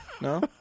No